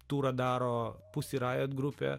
turą daro pusyrajat grupė